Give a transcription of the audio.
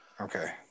Okay